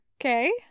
Okay